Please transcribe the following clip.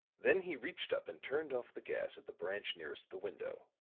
then he reached up and turned off the gas at the branch nearest the window.